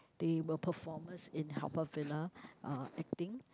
they were performers in Haw-Par-Villa uh acting